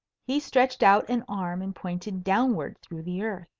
he stretched out an arm and pointed downward through the earth.